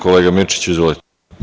Kolega Mirčiću, izvolite.